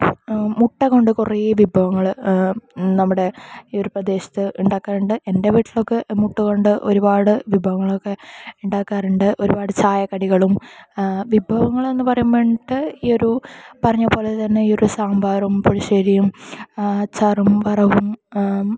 മുട്ട കൊണ്ട് കുറെ വിഭവങ്ങള് നമ്മുടെ ഈ ഒരു പ്രദേശത്ത് ഉണ്ടാക്കാറുണ്ട് എൻ്റെ വീട്ടിലൊക്കെ മുട്ട കൊണ്ട് ഒരുപാട് വിഭവങ്ങളൊക്കെ ഉണ്ടാക്കാറുണ്ട് ഒരുപാട് ചായകടികളും വിഭവങ്ങൾ എന്നു പറയുമ്പം ഈ ഒരു പറഞ്ഞ പോലെ തന്നെ ഈ ഒരു സാമ്പാറും പുളിശ്ശേരിയും അച്ചാറും വറവും